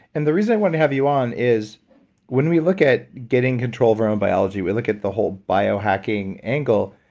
and the reason i wanted to have you on is when we look at getting control of our own biology, we look at the whole biohacking angle,